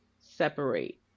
separate